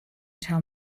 tell